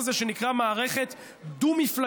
יש דבר כזה שנקרא מערכת דו-מפלגתית: